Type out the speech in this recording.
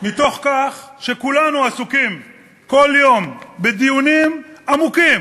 מתוך כך שכולנו עסוקים כל יום בדיונים עמוקים